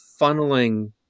funneling